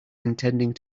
intending